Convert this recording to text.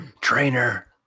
trainer